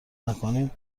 نکنیم